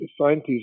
scientists